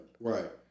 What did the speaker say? Right